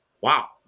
wow